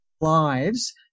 lives